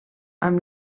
amb